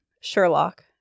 Sherlock